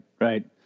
right